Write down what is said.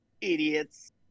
idiots